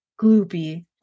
Gloopy